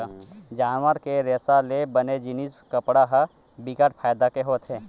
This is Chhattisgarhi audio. जानवर के रेसा ले बने जिनिस कपड़ा ह बिकट फायदा के होथे